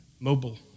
mobile